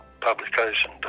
publication